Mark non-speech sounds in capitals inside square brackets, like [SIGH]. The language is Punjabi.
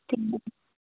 [UNINTELLIGIBLE]